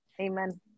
Amen